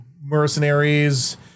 mercenaries